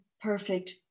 perfect